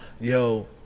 Yo